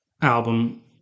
album